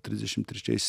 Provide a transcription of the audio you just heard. trisdešim trečiais